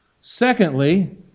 Secondly